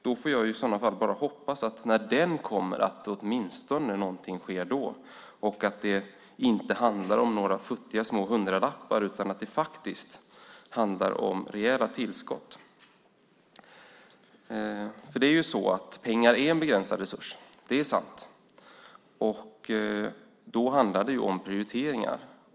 I så fall hoppas jag att det sker något när den kommer och att det inte handlar om några futtiga hundralappar utan att det faktiskt handlar om rejäla tillskott. Pengar är en begränsad resurs. Det är sant. Det handlar därför om prioriteringar.